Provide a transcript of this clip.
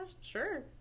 sure